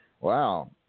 Wow